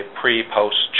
pre-post